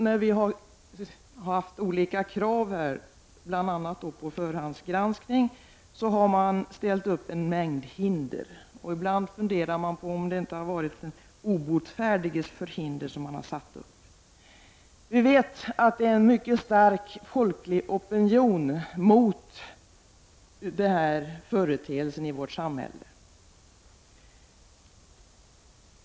När vi har ställt krav, bl.a. på förhandsgranskning, har det ständigt ställts upp en mängd hinder. Ibland undrar jag om det inte har varit den obotfärdiges förhinder som man har satt upp. Vi vet att det finns en mycket stark folklig opinion mot den här företeelsen i vårt samhälle.